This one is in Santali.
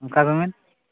ᱚᱠᱟ ᱨᱮᱱ